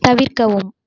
தவிர்க்கவும்